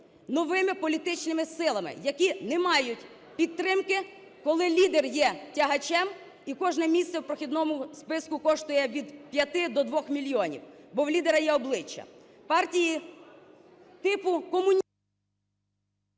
новими політичними силами, які не мають підтримки, коли лідер є тягачем, і кожне місце в прохідному списку коштує від 5 до 2 мільйонів, бо в лідера є обличчя.